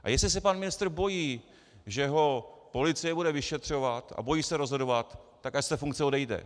A jestli se pan ministr bojí, že ho policie bude vyšetřovat, a bojí se rozhodovat, tak ať z té funkce odejde.